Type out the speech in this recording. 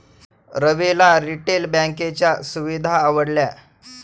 रविला रिटेल बँकिंगच्या सुविधा आवडल्या